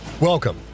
Welcome